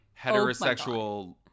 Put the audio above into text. heterosexual